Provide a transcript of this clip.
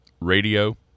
Radio